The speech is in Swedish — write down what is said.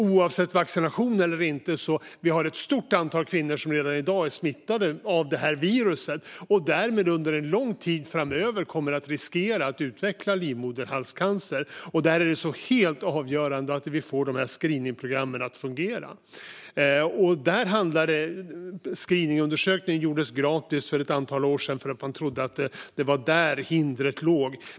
Oavsett vaccination eller inte har vi ett stort antal kvinnor som redan i dag är smittade av det här viruset och därmed under lång tid framöver kommer att riskera att utveckla livmoderhalscancer. Därför är det helt avgörande att vi får screeningprogrammen att fungera. Screeningundersökningen gjordes gratis för ett antal år sedan, för man trodde att det var där hindret låg.